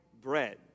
bread